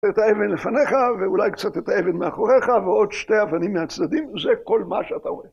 את האבן לפניך ואולי קצת את האבן מאחוריך ועוד שתי אבנים מהצדדים זה כל מה שאתה רואה.